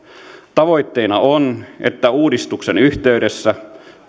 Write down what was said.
tavoitteena on että uudistuksen yhteydessä